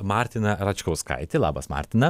martina račkauskaitė labas martina